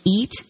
eat